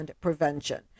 Prevention